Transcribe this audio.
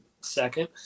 second